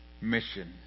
mission